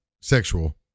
sexual